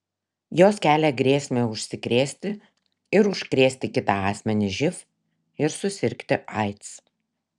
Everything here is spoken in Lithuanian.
jos kelia grėsmę užsikrėsti ar užkrėsti kitą asmenį živ ir susirgti aids